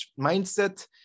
mindset